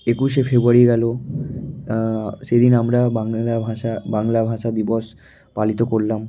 একুশে ফেব্রুয়ারি গেল সেদিন আমরা বাংলা ভাষা বাংলা ভাষা দিবস পালিত করলাম